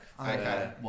Okay